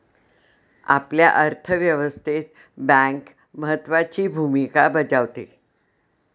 आपल्या अर्थव्यवस्थेत बँक महत्त्वाची भूमिका बजावते